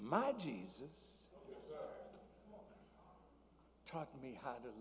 my jesus taught me how to